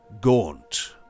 gaunt